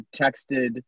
texted